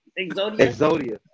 Exodia